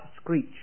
screech